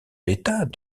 l’état